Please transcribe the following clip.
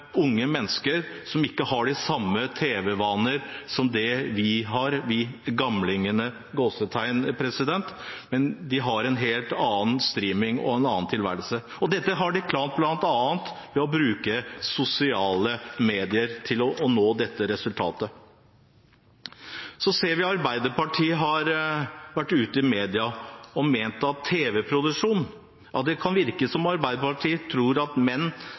unge mennesker som ikke har de samme tv-vaner som det vi har, vi «gamlingene», med «streaming» og en helt annen tilværelse på det området. Dette resultatet har man klart å nå bl.a. ved å bruke sosiale medier. Vi ser at Arbeiderpartiet har vært ute i media, og det kan virke som om de tror at det kun er menn